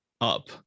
up